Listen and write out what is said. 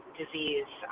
disease